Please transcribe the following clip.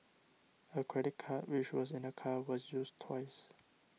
a credit card which was in the car was used twice